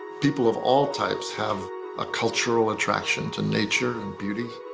people of all types have a cultural attraction to nature and beauty.